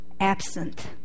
absent